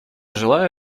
желаю